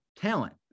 talent